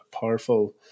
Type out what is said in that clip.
powerful